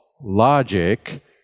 logic